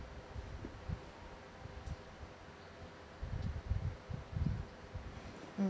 mm